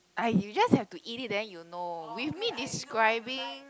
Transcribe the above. !aiya! you just have to eat it then you know with me describing